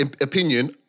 opinion